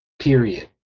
period